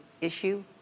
issue